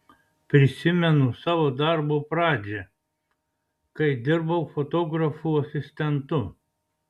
prisimenu savo darbo pradžią kai dirbau fotografų asistentu